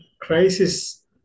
crisis